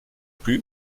plus